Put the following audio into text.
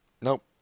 nope